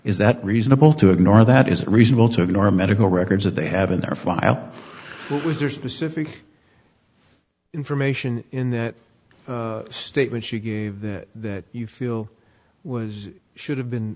is that reasonable to ignore that is it reasonable to ignore medical records that they have in their file what was their specific information in that statement she gave that you feel was should have been